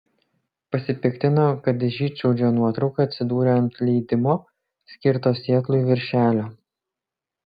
pasipiktino kad žydšaudžio nuotrauka atsidūrė ant leidimo skirto sietlui viršelio